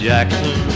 Jackson